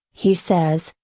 he says,